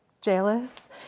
jealous